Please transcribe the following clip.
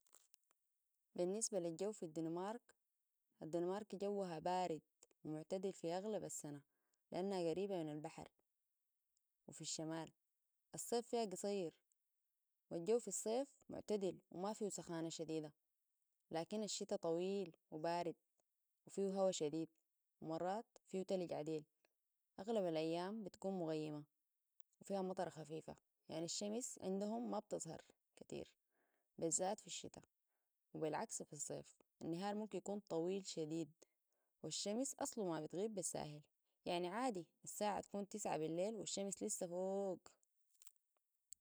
بالنسبة للجو في الدنمارك الدنمارك جوها بارد ومعتدل في أغلب السنة لأنها قريبة من البحر وفي الشمال الصيف فيها قصير والجو في الصيف معتدل وما فيه سخانة شديدة لكن الشتاء طويل وبارد فيهو هوا شديد ومرات فيه تلج عديل أغلب الأيام بتكون مغيمة وفيها مطره خفيفة يعني الشمس عندهم ما بتظهر كثير بالذات في الشتاء وبالعكس في الصيف النهار ممكن يكون طويل شديد والشمس أصلو ما بتغيب بالسهل يعني عادي الساعة تكون تسعه بالليل والشمس لسه فوق